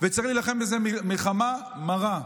וצריך להילחם בזה מלחמה מרה.